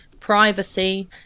Privacy